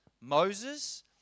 Moses